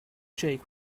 jake